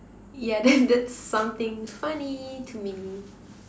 yeah then that's something funny to me